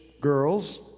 girls